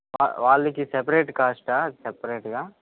వాళ్ళకి సెపరేట్ కాస్టా సపరేట్గా